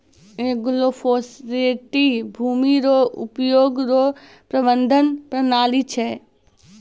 agroforestry भूमी रो उपयोग रो प्रबंधन प्रणाली छै